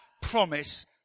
promise